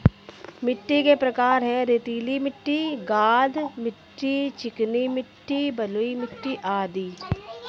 मिट्टी के प्रकार हैं, रेतीली मिट्टी, गाद मिट्टी, चिकनी मिट्टी, बलुई मिट्टी अदि